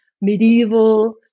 medieval